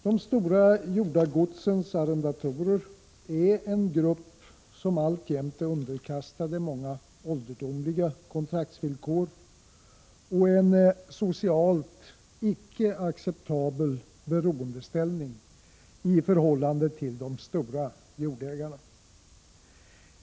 De stora jordagodsens arrendatorer är en grupp som alltjämt är underkastad många ålderdomliga kontraktsvillkor och en socialt icke acceptabel beroendeställning i förhållande till de stora jordägarna.